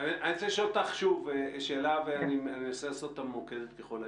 אני רוצה לשאול אותך שאלה ואני אנסה למקד אותה ככל האפשר.